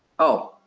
oh,